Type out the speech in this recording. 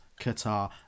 qatar